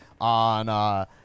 on